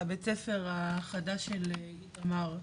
הבית ספר החדש של איתמר,